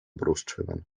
brustschwimmen